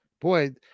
boy